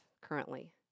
currently